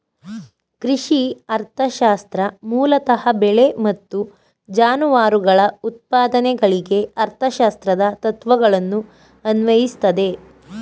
ಕೃಷಿ ಅರ್ಥಶಾಸ್ತ್ರ ಮೂಲತಃ ಬೆಳೆ ಮತ್ತು ಜಾನುವಾರುಗಳ ಉತ್ಪಾದನೆಗಳಿಗೆ ಅರ್ಥಶಾಸ್ತ್ರದ ತತ್ವಗಳನ್ನು ಅನ್ವಯಿಸ್ತದೆ